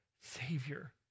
Savior